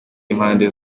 y’impande